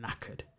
knackered